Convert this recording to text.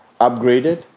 upgraded